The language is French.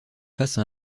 face